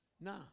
Nah